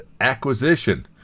acquisition